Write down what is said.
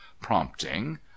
prompting